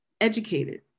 educated